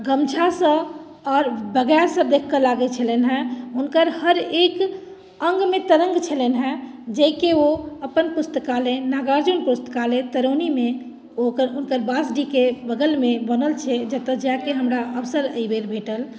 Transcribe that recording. गमछासँ आओर बगाएसँ देख कऽ लागैत छलनि हेँ हुनकर हर एक अङ्गमे तरङ्ग छलनि हेँ जाहिके ओ अपन पुस्तकालय नागार्जुन पुस्तकालय तरौनीमे ओकर हुनकर वास डीहके बगलमे बनल छै जतय जाएके अवसर हमरा एहि बेर भेटल